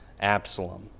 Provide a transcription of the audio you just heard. Absalom